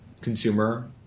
consumer